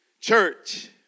church